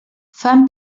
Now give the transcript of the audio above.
fan